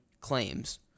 claims